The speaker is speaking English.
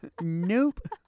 Nope